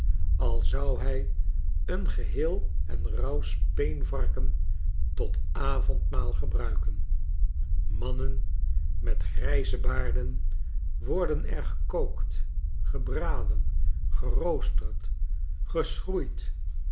al zou hij een geheel en rauw speenvarken tot avondmaal gebruiken mannen met grijze baarden worden er gekookt gebraden geroost geschroeid